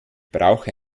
brauche